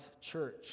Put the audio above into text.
church